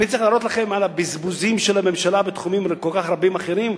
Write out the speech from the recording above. אני צריך להראות לכם את הבזבוזים של הממשלה בתחומים כל כך רבים אחרים,